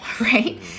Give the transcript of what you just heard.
right